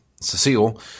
Cecile